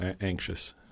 anxious